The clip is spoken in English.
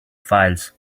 files